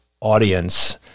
audience